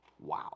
Wow